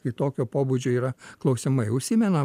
kitokio pobūdžio yra klausimai užsimena